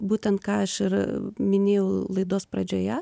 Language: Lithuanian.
būtent ką aš ir minėjau laidos pradžioje